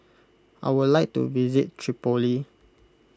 I would like to visit Tripoli